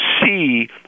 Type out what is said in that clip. see